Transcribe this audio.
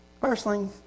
Personally